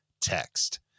text